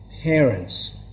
parents